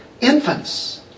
infants